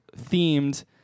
themed